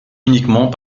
uniquement